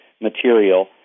material